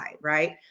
right